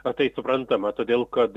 ar tai suprantama todėl kad